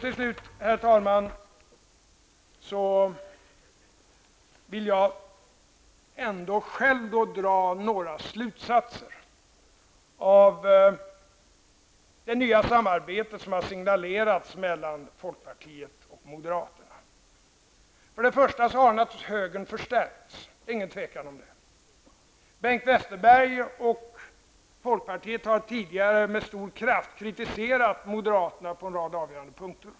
Till slut vill jag, herr talman, ändå själv dra några slutsatser av det nya samarbete som har signalerats mellan folkpartiet och moderaterna. För det första har naturligtvis högern förstärkts. Om den saken råder det inget tvivel. Bengt Westerberg och folkpartiet har tidigare med stor kraft kritiserat moderaterna på en rad avgörande punkter.